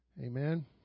Amen